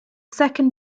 second